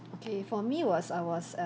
okay for me it was I was err